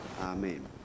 Amen